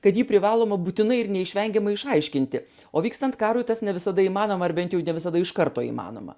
kad jį privaloma būtinai ir neišvengiamai išaiškinti o vykstant karui tas ne visada įmanoma ar bent jau ne visada iš karto įmanoma